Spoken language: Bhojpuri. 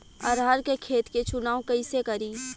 अरहर के खेत के चुनाव कईसे करी?